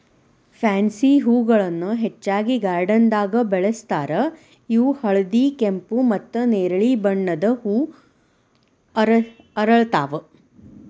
pansy ಹೂಗಳನ್ನ ಹೆಚ್ಚಾಗಿ ಗಾರ್ಡನ್ದಾಗ ಬೆಳೆಸ್ತಾರ ಇವು ಹಳದಿ, ಕೆಂಪು, ಮತ್ತ್ ನೆರಳಿ ಬಣ್ಣದ ಹೂ ಅರಳ್ತಾವ